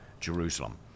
Jerusalem